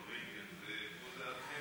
מר ברינגר, פה זה הכנסת.